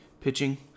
pitching